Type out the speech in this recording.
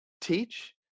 Teach